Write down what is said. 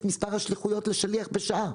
מספר השליחויות לשליח שהוא עושה בשעה,